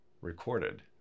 recorded